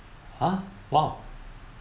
ha !wow!